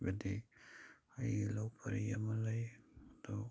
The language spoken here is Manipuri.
ꯍꯥꯏꯕꯗꯤ ꯑꯩꯒꯤ ꯂꯧ ꯄꯔꯤ ꯑꯃ ꯂꯩ ꯑꯗꯨ